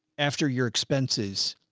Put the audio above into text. after your expenses.